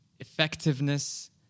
effectiveness